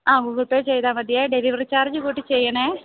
Google Pay ചെയ്താല് മതി delivery charge കൂട്ടി ചെയ്യണം